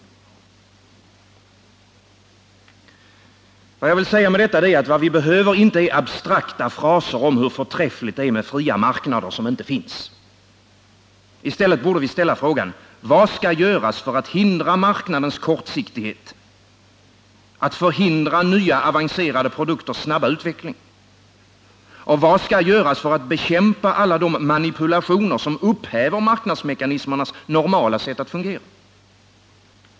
Med dessa exempel vill jag peka på att vad vi behöver är inte abstrakta fraser om hur förträffligt det är med fria marknader, som inte finns. I stället borde vi ställa frågan: Vad skall göras för att motarbeta marknadens kortsiktighet, som förhindrar nya, avancerade produkters snabba utveckling? Och vad skall göras för att bekämpa alla de manipulationer som upphäver marknadsmekanismernas normala sätt att fungera?